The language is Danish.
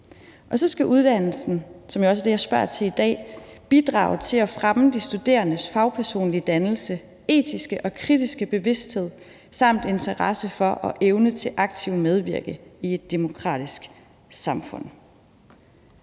Og så skal uddannelsen, som jo også er det, jeg spørger til i dag, bidrage til at fremme de studerendes fagpersonlige dannelse, etiske og kritiske bevidsthed samt interesse for og evne til aktivt at medvirke i et demokratisk samfund.